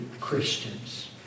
Christians